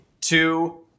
two